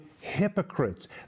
hypocrites